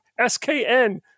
SKN